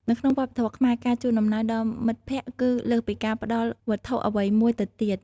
នៅក្នុងវប្បធម៌ខ្មែរ ការជូនអំណោយដល់មិត្តភក្តិគឺលើសពីការផ្ដល់វត្ថុអ្វីមួយទៅទៀត។